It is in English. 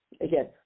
Again